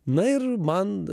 na ir man